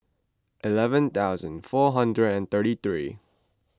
eleven thousand four hundred and thirty three